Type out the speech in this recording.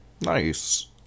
Nice